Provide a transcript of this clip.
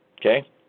Okay